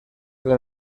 del